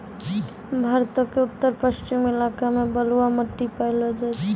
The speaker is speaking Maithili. भारतो के उत्तर पश्चिम इलाका मे बलुआ मट्टी पायलो जाय छै